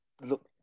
look